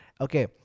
okay